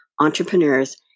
entrepreneurs